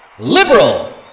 Liberal